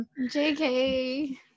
JK